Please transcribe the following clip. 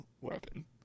Weapon